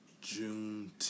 June